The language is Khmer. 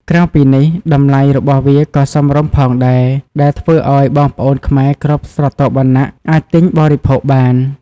ក្រៅពីនេះ តម្លៃរបស់វាក៏សមរម្យផងដែរ ដែលធ្វើឲ្យបងប្អូនខ្មែរគ្រប់ស្រទាប់វណ្ណៈអាចទិញបរិភោគបាន។